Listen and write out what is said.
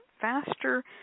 faster